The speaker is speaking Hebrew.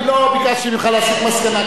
אני לא ביקשתי ממך להסיק מסקנה,